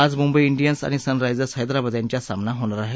आज मुंबई डियन्स आणि सनरायर्जस हैदराबाद यांच्यात सामना होणार आहे